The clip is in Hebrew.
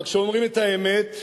אבל כשאומרים את האמת,